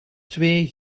twee